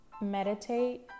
Meditate